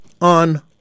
on